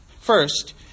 First